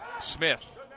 Smith